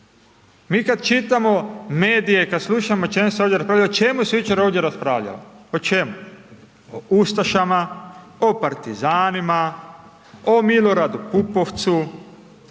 Mi kada čitamo medije i kada slušamo o čemu se ovdje raspravlja, o čemu se jučer ovdje raspravljalo, o čemu? O ustašama, o partizanima, o Miloradu Pupovcu,